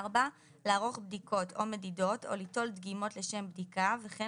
(4)לערוך בדיקות או מדידות או ליטול דגימות לשם בדיקה וכן